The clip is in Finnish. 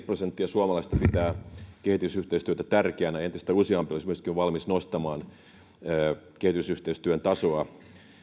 prosenttia suomalaisista pitää kehitysyhteistyötä tärkeänä entistä useampi olisi myöskin valmis nostamaan kehitysyhteistyön tasoa